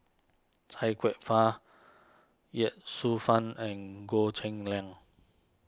Chia Kwek Fah Ye Shufang and Goh Cheng Liang